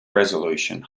resolution